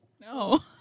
No